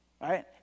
right